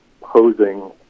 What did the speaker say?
posing